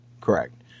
correct